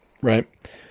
right